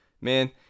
Man